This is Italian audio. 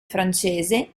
francese